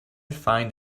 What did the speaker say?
find